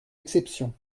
exception